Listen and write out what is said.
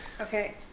Okay